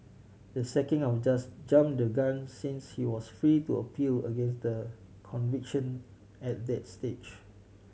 the sacking our just jump the gun since he was free to appeal against the conviction at that stage